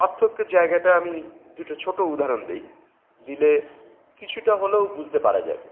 পার্থক্য জায়গাটা আমি দুটো ছোটো উদাহরণ দেই দিলে কিছুটা হলেও বুঝতে পারা যাবে